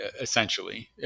Essentially